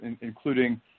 including